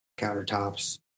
countertops